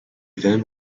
then